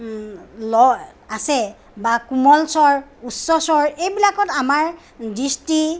লয় আছে বা কোমল স্বৰ উচ্চ স্বৰ এইবিলাকত আমাৰ দৃষ্টিৰ